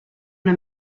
una